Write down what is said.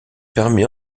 permet